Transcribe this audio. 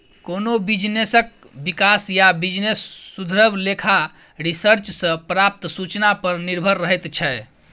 कोनो बिजनेसक बिकास या बिजनेस सुधरब लेखा रिसर्च सँ प्राप्त सुचना पर निर्भर रहैत छै